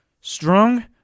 strong